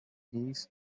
knees